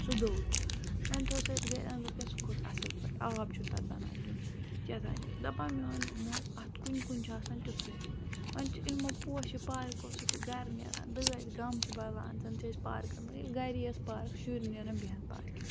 سُہ دوٚد وۄنۍ تھوٚو سُہ اَسہِ گَرِ أنٛدرٕ کٕنۍ سُہ کھوٚت اَصٕل پٲٹھۍ آب چھُنہٕ تَتھ بَنان دیُن کیٛاہ تام چھُ دَپان میون مول اَتھ کُنہِ کُنہِ چھِ آسان تیُتھُے وۄنۍ چھِ یِمو پوشہِ پارکو سۭتۍ گَرٕ نیران دٲدۍ غم چھِ بَلان زَن چھِ أسۍ پارکَن ییٚلہِ گَری ٲس پارک شُرۍ نیرَن بیٚہَن پارکہِ منٛز